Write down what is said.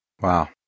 Wow